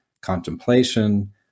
contemplation